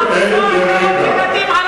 שלא נטעה, 400 ילדים.